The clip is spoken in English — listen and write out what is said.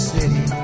City